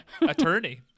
Attorney